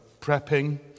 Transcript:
prepping